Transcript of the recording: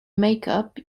makeup